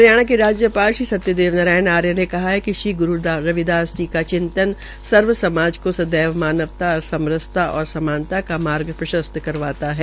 हरियाणा के राज्यपाल श्री सत्यदेव आर्य ने कहा कि श्री गुरु रविदास जी का चिंतन सर्वसमाज को सदैव मानवता समरसता व समानता का मार्ग प्रशस्त करवाता है